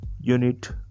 Unit